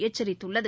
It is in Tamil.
எச்சரித்துள்ளது